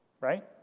right